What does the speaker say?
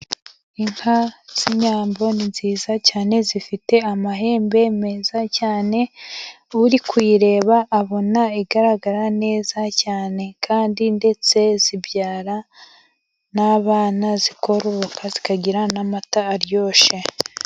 Inka z'inyambo ni nziza cyane, zifite amahembe meza cyane, uri kuzireba abona zigaragara neza cyane, kandi ndetse zibyara n'abana, zikororoka, zikagira n'amata aryoshye.